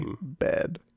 bed